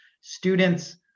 Students